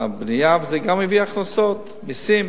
הבנייה וזה גם יביא הכנסות, מסים,